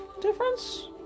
difference